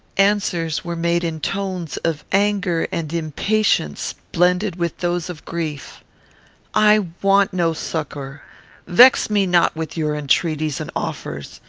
answers were made in tones of anger and impatience, blended with those of grief i want no succour vex me not with your entreaties and offers.